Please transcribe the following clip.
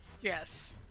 Yes